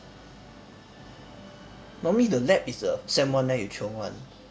normally the lab is the sem one then you chiong [one]